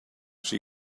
she